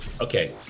okay